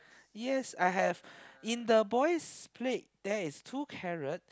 yes I have in the boy's plate there is two carrot